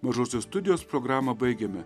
mažosios studijos programą baigiame